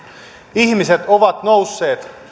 ihmiset ovat nousseet